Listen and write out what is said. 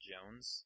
Jones